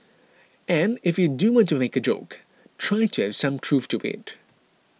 and if you do want to make a joke try to have some truth to it